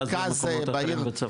שנגע במקומות אחרים בצפון.